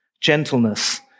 gentleness